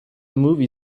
movie